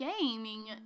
gaming